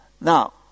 Now